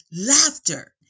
laughter